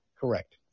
Correct